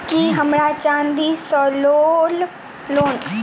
की हमरा चांदी सअ लोन मिल सकैत मे?